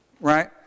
Right